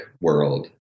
world